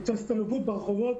את ההסתובבות ברחובות